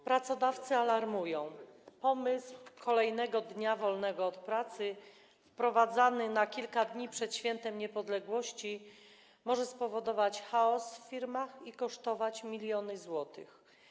Pracodawcy alarmują: pomysł kolejnego dnia wolnego od pracy wprowadzany na kilka dni przed Świętem Niepodległości może spowodować chaos w firmach i kosztować miliony złotych.